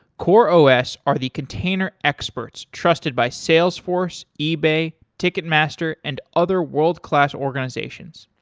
coreos are the container experts trusted by salesforce, ebay, ticketmaster and other world-class organizations.